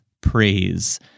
Praise